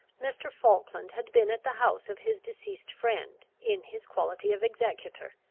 mr. falkland had been at the house of his deceased friend in his quality of executor,